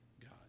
God